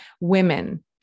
women